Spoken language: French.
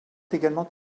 également